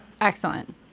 Excellent